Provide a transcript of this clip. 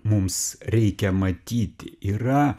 mums reikia matyti yra